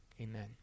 amen